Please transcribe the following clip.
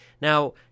now